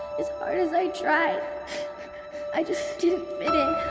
as hard as i try, i just didn't fit